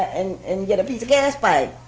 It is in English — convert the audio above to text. and and get a piece of gas pipe,